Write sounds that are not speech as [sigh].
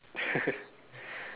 [laughs]